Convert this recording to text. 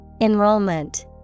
Enrollment